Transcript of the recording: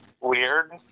Weird